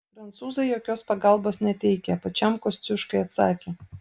prancūzai jokios pagalbos neteikia pačiam kosciuškai atsakė